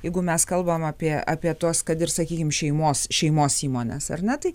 jeigu mes kalbam apie apie tuos kad ir sakykim šeimos šeimos įmones ar ne tai